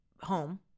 home